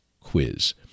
quiz